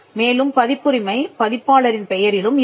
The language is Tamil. மேலும் பதிப்புரிமை பதிப்பாளரின் பெயரிலும் இருக்கும்